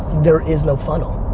there is no funnel.